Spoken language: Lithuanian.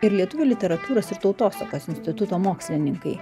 ir lietuvių literatūros ir tautosakos instituto mokslininkai